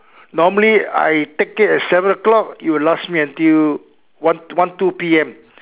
normally I take it at seven o-clock it will last me until one one two P_M